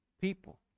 people